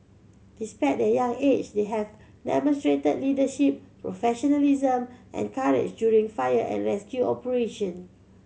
despite their young age they have demonstrated leadership professionalism and courage during fire and rescue operation